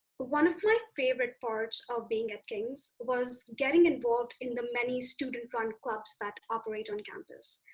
one of my favorite parts of being at kings was getting involved in the many student-run clubs that operate on campus.